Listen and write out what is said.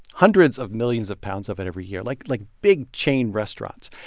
hundreds of millions of pounds of it every year, like like big chain restaurants.